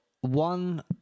one